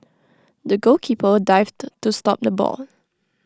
the goalkeeper dived to stop the ball